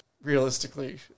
realistically